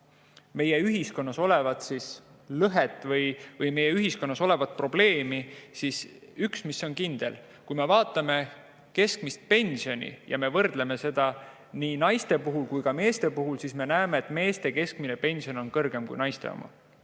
meie ühiskonnas olevat lõhet või meie ühiskonnas olevat probleemi, siis üks on kindel: kui me vaatame keskmist pensioni ja me võrdleme seda nii naiste puhul kui ka meeste puhul, siis me näeme, et meeste keskmine pension on kõrgem kui naiste oma.